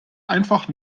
einfach